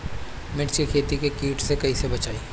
मिर्च के खेती कीट से कइसे बचाई?